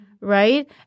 right